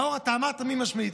נאור, אתה שאלת מי משמיץ.